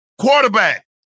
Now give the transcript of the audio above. Quarterback